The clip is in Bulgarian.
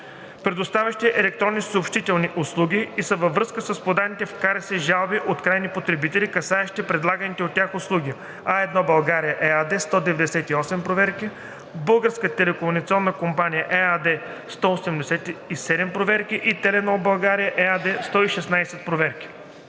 предоставящи електронни съобщителни услуги, и са във връзка с подадени в КРС жалби от крайни потребители, касаещи предлаганите от тях услуги: „А1 България“ ЕАД – 198 проверки, „Българска Телекомуникационна Компания“ ЕАД – 187 проверки, и „Теленор България“ ЕАД – 116 проверки.